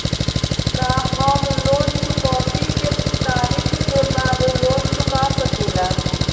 का हम लोन चुकौती के तारीख के बाद लोन चूका सकेला?